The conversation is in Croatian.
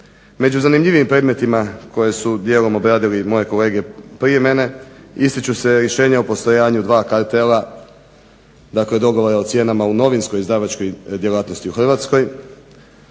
Među zanimljivijim predmetima koje su dijelom obradili moje kolege prije mene, ističu se rješenja o postojanju dva kartela dakle dogovora o cijenama o novinskoj izdavačkoj djelatnosti u Hrvatskoj,